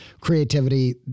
creativity